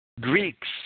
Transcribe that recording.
Greeks